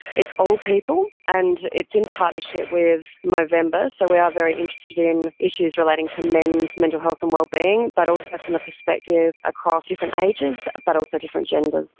it's all people, and it's in partnership with movember, so we are very interested in issues relating to men's mental health and wellbeing, but also from the perspective across different ages, but also different genders.